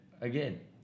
again